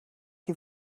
you